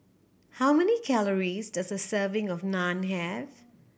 how many calories does a serving of Naan have